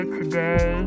today